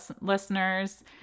listeners